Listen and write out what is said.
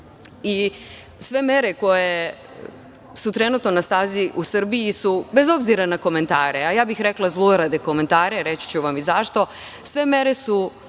Sve mere koje su trenutno na snazi u Srbiji su, bez obzira na komentare, a ja bih rekla zlurade komentare, reći ću vam i zašto, sve mere su